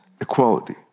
equality